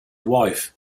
wife